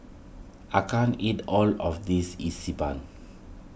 I can't eat all of this Xi Ban